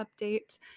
update